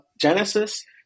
Genesis